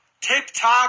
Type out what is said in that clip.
TikTok